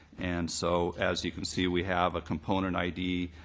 and so as you can see, we have a component id,